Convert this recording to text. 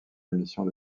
émissions